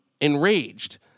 enraged